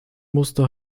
musste